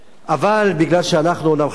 אומנם אנחנו חסרי אונים,